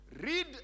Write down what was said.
Read